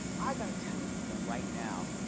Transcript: i've got to tell you something right now.